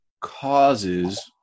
causes